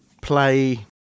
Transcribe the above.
play